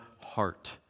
heart